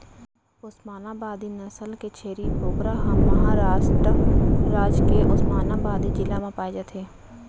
ओस्मानाबादी नसल के छेरी बोकरा ह महारास्ट राज के ओस्मानाबादी जिला म पाए जाथे